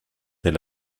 elle